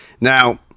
Now